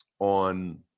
On